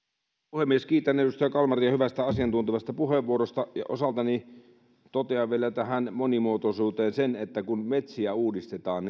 puhemies kiitän edustaja kalmaria hyvästä asiantuntevasta puheenvuorosta ja osaltani totean vielä tähän monimuotoisuuteen sen että kun metsiä uudistetaan